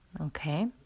okay